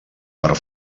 part